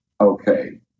Okay